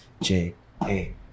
J-A